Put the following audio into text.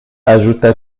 ajouta